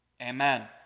Amen